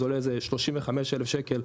זה עולה איזה 35,000 שקלים,